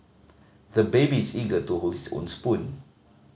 the baby is eager to hold his own spoon